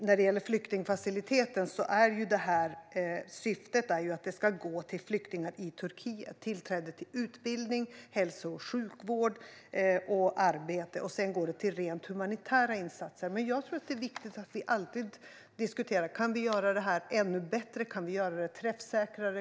När det gäller flyktingfaciliteten är syftet att det här ska gå till flyktingar i Turkiet. Det gäller tillträde till utbildning, hälso och sjukvård och arbete. Sedan går det också till rent humanitära insatser. Men jag tror att det är viktigt att vi alltid diskuterar om vi kan göra det här ännu bättre och träffsäkrare.